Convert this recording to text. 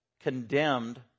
condemned